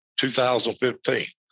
2015